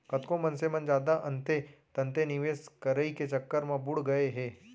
कतको मनसे मन जादा अंते तंते निवेस करई के चक्कर म बुड़ गए हे